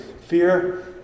Fear